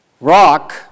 rock